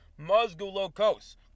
Mazgulokos